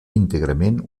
íntegrament